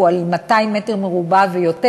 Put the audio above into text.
הוא על 200 מ"ר ויותר,